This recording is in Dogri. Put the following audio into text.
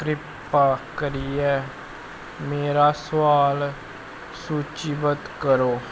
किरपा करियै मेरा सोआल सूचीबद्ध करो